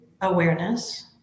awareness